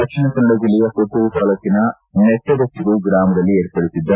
ದಕ್ಷಿಣ ಕನ್ನಡ ಜಿಲ್ಲೆಯ ಮತ್ತೂರು ತಾಲ್ಲೂಕಿನ ನೆಟ್ಟದಕಿದು ಗ್ರಾಮದಲ್ಲಿ ಏರ್ಪಡಿಸಿದ್ದ